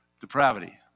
depravity